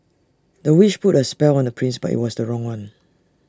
the witch put A spell on the prince but IT was the wrong one